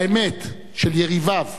לאמת של יריביו,